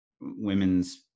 women's